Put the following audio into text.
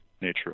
nature